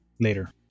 Later